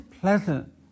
pleasant